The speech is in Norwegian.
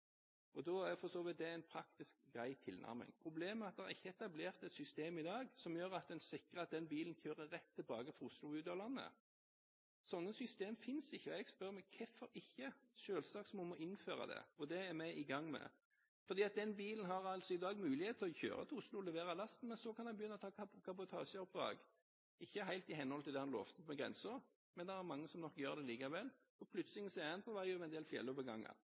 er for så vidt en praktisk og grei tilnærming, men problemet er at det ikke er etablert et system i dag som gjør at man sikrer seg at den bilen kjører rett tilbake fra Oslo og ut av landet. Slike system finnes ikke, og jeg spør meg hvorfor ikke. Selvsagt må vi innføre det, og det er vi i gang med. Den bilen har i dag muligheten til å kjøre til Oslo og levere lasten, men så kan den begynne å ta kabotasjeoppdrag. Det er ikke helt i henhold til det man lovte på grensen, men det er mange som nok gjør det likevel, og plutselig er man på vei over en del fjelloverganger.